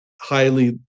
highly